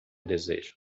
desejo